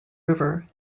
river